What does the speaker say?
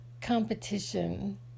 competition